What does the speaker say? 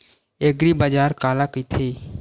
एग्रीबाजार काला कइथे?